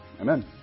amen